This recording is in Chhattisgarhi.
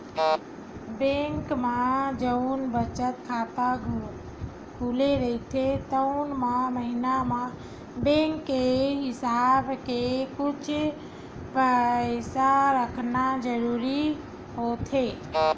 बेंक म जउन बचत खाता खुले रहिथे तउन म महिना म बेंक के हिसाब ले कुछ पइसा रखना जरूरी होथे